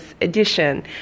edition